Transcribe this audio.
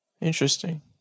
interesting